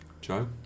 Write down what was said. Joe